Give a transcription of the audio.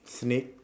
snake